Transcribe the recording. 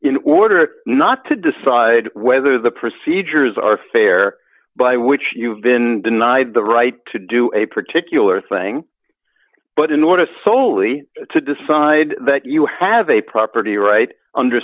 in order not to decide whether the procedures are fair by which you've been denied the right to do a particular thing but in order to soley to decide that you have a property right under